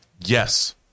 Yes